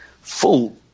full